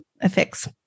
effects